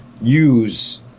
use